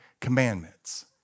commandments